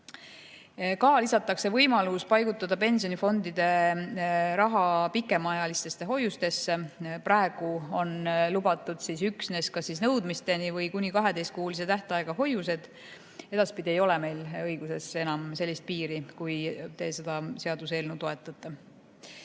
Ka lisatakse võimalus paigutada pensionifondide raha pikemaajalistesse hoiustesse. Praegu on lubatud üksnes kas nõudmiseni või kuni 12‑kuulise tähtajaga hoiused. Edaspidi ei ole meil õiguses enam sellist piiri, kui te seda seaduseelnõu toetate.